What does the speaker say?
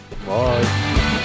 Bye